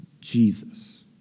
Jesus